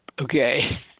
okay